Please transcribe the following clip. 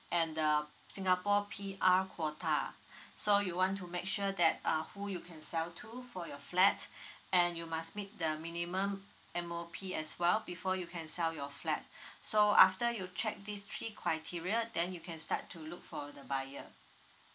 and then singapore P_R quota so you want to make sure that err who you can sell to for your flat and you must meet the minimum M_O_P as well before you can sell your flat so after you check these three criteria then you can start to look for the buyer